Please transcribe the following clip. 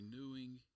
renewing